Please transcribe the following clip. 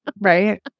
Right